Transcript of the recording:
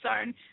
zone